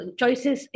choices